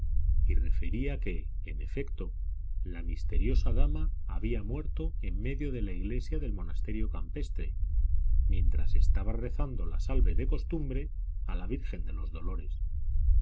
y refería que en efecto la misteriosa dama había muerto en medio de la iglesia del monasterio campestre mientras estaba rezando la salve de costumbre a la virgen de los dolores